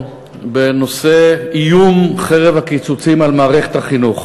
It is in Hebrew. בנושא איום חרב הקיצוצים על מערכת החינוך.